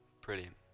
Brilliant